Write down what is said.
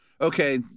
okay